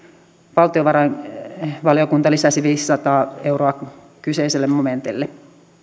valtiovarainvaliokunta lisäsi viisisataatuhatta euroa kyseiselle momentille